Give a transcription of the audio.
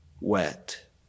wet